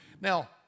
Now